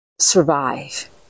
Survive